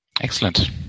Excellent